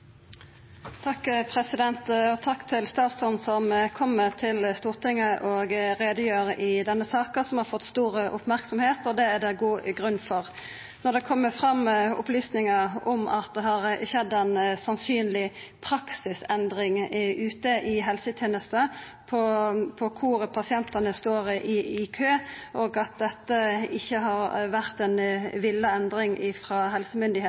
Takk til statsråden som kjem til Stortinget og gjer greie for denne saka, som har fått stor merksemd, og det er det god grunn for. Når det kjem fram opplysningar om at det her sannsynlegvis er skjedd ei praksisendring ute i helsetenesta når det gjeld kvar pasientane står i kø, og at dette ikkje har vore